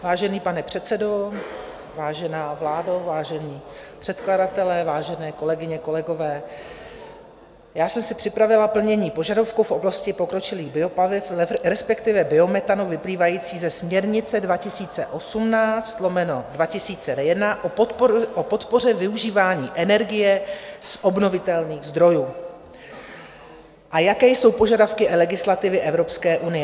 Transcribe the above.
Vážený pane předsedo, vážená vládo, vážení předkladatelé, vážené kolegyně, kolegové, já jsem si připravila plnění požadavku v oblasti pokročilých biopaliv, respektive biometanu, vyplývající ze směrnice 2018/2001 o podpoře využívání energie z obnovitelných zdrojů, a jaké jsou požadavky legislativy Evropské unie.